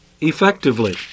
effectively